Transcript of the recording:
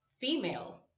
female